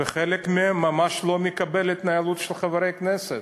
וחלק מהם ממש לא מקבלים את ההתנהלות של חברי הכנסת.